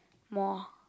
more